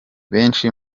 benshi